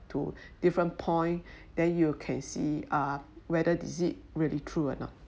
to different point then you can see uh whether is it really true or not